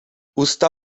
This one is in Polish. usta